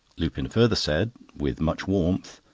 lupin further said, with much warmth,